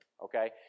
okay